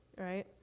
right